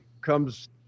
comes